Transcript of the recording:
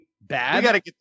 bad